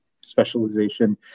specialization